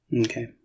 Okay